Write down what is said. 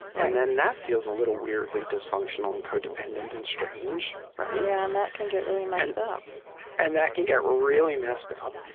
and then that feels a little weirdly dysfunctional and codependent and strange yeah and that can get really messed-up and that can get really messed-up.